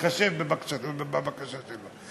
תתחשב בבקשה שלו.